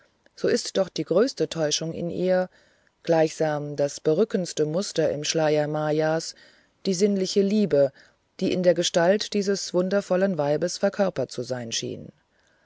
so ist doch die größte täuschung in ihr gleichsam das berückendste muster im schleier mayas die sinnliche liebe die in der gestalt dieses wundervollen weibes verkörpert zu sein schien